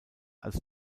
als